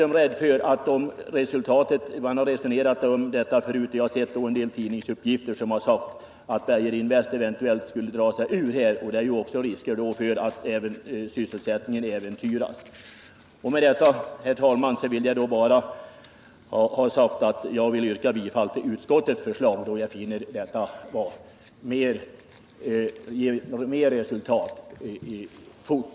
Man har resonerat om detta förut, och jag har sett en del tidningsuppgifter om att Beijerinvest eventuellt skulle dra sig ur och att det finns risker för att sysselsättningen äventyras. Med detta, herr talman, vill jag yrka bifall till utskottets förslag, då jag finner att det ger mer resultat och ger resultat fort.